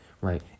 right